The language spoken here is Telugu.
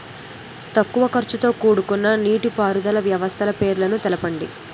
తక్కువ ఖర్చుతో కూడుకున్న నీటిపారుదల వ్యవస్థల పేర్లను తెలపండి?